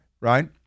right